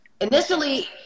initially